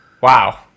Wow